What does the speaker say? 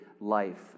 life